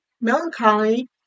melancholy